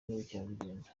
n’ubukerarugendo